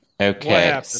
Okay